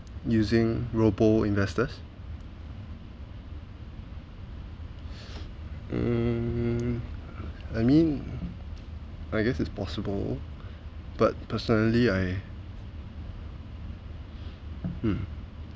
using robo investors hmm I mean I guess it's possible but personally I mm